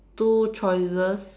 two choices